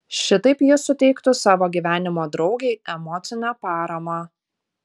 šitaip jis suteiktų savo gyvenimo draugei emocinę paramą